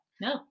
No